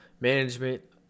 management